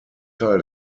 teil